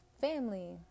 family